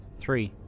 three.